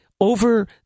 over